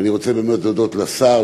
ואני רוצה באמת להודות לשר,